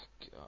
god